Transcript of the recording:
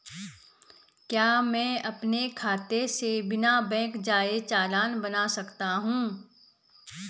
क्या मैं अपने खाते से बिना बैंक जाए चालान बना सकता हूँ?